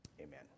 Amen